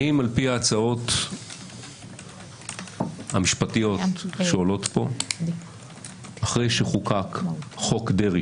האם על-פי ההצעות המשפטיות שעולות פה אחרי שחוקק חוק דרעי